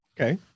Okay